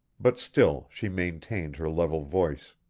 but still she maintained her level voice.